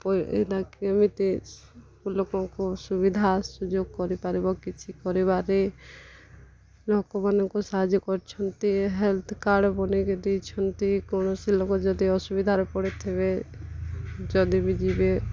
କେମିତି ଲୋକଙ୍କୁ ସୁବିଧା ସୁଯୋଗ କରିପାରିବ କିଛି କରିବାରେ ଲୋକମାନଙ୍କୁ ସାହାଯ୍ୟ କରିଛନ୍ତି ହେଲ୍ଥ୍ କାର୍ଡ଼ ବନେଇକି ଦେଇଛନ୍ତି କୌଣସି ଲୋକ ଯଦି ଅସୁବିଧାରେ ପଡ଼ିଥିବେ ଯଦି ବି ଯିବେ